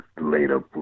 later